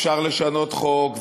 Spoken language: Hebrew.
אפשר לשנות חוק,